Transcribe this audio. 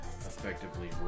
Effectively